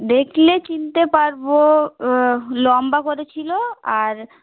দেখলে চিনতে পারবো লম্বা করে ছিলো আর